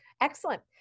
Excellent